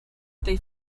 they